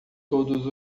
todos